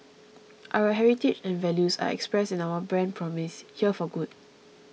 our heritage and values are expressed in our brand promise Here for good